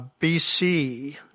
BC